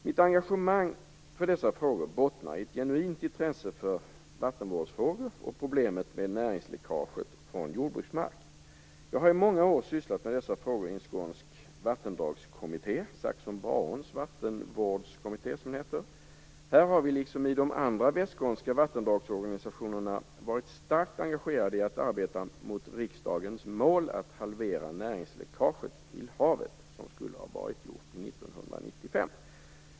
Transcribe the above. Mitt engagemang för dessa frågor bottnar i ett genuint intresse för vattenvårdsfrågor och problemet med näringsläckage från jordbruksmark. Jag har i många år sysslat med dessa frågor i en skånsk vattendragskommitté - Saxån-Braåns vattenvårdskommitté, som den heter. Vi har, liksom de andra västskånska vattendragsorganisationerna, varit starkt engagerade i att arbeta för riksdagens mål att halvera näringsläckaget till havet. Detta skulle ha varit gjort till 1995.